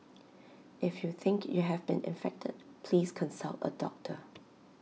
if you think you have been infected please consult A doctor